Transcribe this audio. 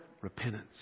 Repentance